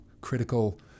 critical